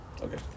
Okay